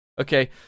Okay